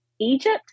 Egypt